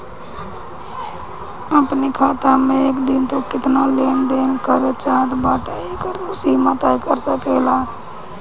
अपनी खाता से एक दिन में तू केतना लेन देन करे चाहत बाटअ एकर तू सीमा तय कर सकेला